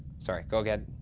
sorry, go again,